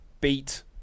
Beat